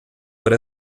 por